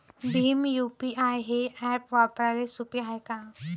Bhim UPI हे app वापराले सोपे हाय का?